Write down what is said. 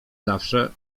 zawsze